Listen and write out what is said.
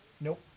Nope